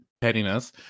pettiness